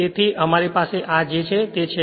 તેથી આ તમારી પાસે જે છે તે છે